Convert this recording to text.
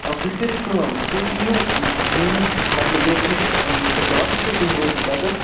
آ تُہۍ کٔرِو کٲم تُہۍ یٖیِو مےٚ میٛٲنِس مطلب ییٚتہِ نِش دُکان چھُ تُہۍ وٲتِو تَتَس